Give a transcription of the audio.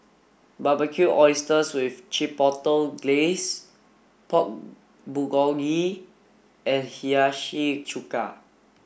Barbecued Oysters with Chipotle Glaze Pork Bulgogi and Hiyashi chuka